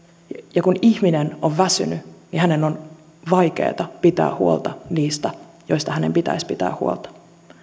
ja kun ihminen on väsynyt niin hänen on vaikeaa pitää huolta niistä joista hänen pitäisi pitää huolta